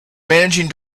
managing